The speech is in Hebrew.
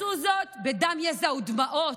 עשו זאת בדם, יזע ודמעות.